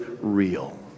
real